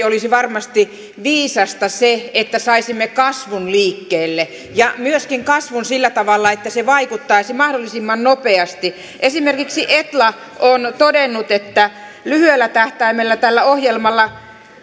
olisi varmasti viisasta se että saisimme kasvun liikkeelle ja myöskin sillä tavalla että se vaikuttaisi mahdollisimman nopeasti esimerkiksi etla on todennut että lyhyellä tähtäimellä tällä ohjelmalla